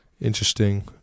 interesting